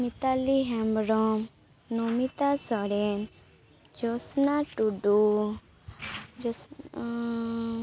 Mitali Hembrom Namita Soren Josna Tudu ᱡᱳᱥ